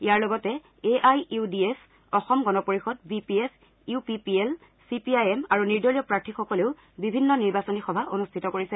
ইয়াৰ লগতে A I U D F Asom Gana Parishad B P F U P P L C P I M আৰু নিৰ্দলীয় প্ৰাৰ্থীসকলেও বিভিন্ন নিৰ্বাচনী সভা অনুষ্ঠিত কৰিছে